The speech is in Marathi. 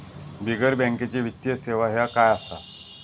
बिगर बँकेची वित्तीय सेवा ह्या काय असा?